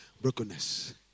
Brokenness